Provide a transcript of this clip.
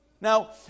Now